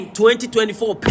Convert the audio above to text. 2024